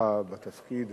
הצלחה בתפקיד,